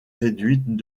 réduite